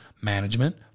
management